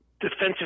defensive